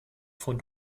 von